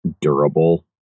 Durable